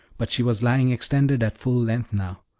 but she was lying extended at full length now,